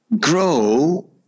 grow